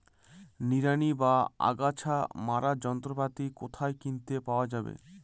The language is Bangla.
নিড়ানি বা আগাছা মারার যন্ত্রপাতি কোথায় কিনতে পাওয়া যাবে?